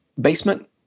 Basement